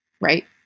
right